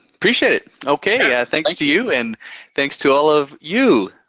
appreciate it, okay. yeah thanks to you, and thanks to all of you,